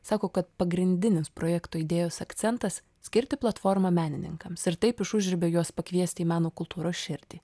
sako kad pagrindinis projekto idėjos akcentas skirti platformą menininkams ir taip iš užribio juos pakviesti į meno kultūros širdį